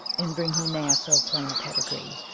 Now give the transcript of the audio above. and bring he ne'er so plain a pedigree,